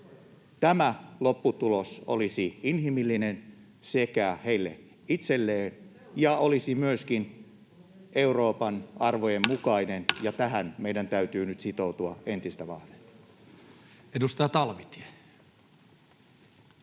Tämä lopputulos olisi inhimillinen heille itselleen ja olisi myöskin Euroopan arvojen mukainen, ja tähän meidän täytyy nyt sitoutua entistä vahvemmin. Edustaja Talvitie.